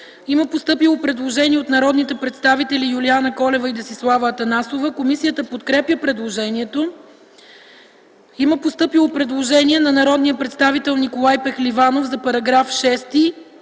Има постъпило предложение от народните представители Юлиана Колева и Десислава Атанасова. Комисията подкрепя предложението. Има постъпило предложение от народния представител Николай Пехливанов за § 6,